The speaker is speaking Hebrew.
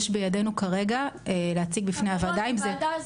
יש בידנו כרגע להציג בפני הוועדה --- עמית: חברות,